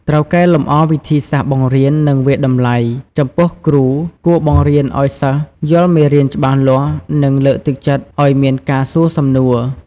ត្រូវកែលម្អវិធីសាស្ត្របង្រៀន និងវាយតម្លៃ ចំពោះគ្រូគួរបង្រៀនឱ្យសិស្សយល់មេរៀនច្បាស់លាស់ និងលើកទឹកចិត្តឱ្យមានការសួរសំណួរ។